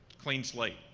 clean slate,